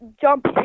jump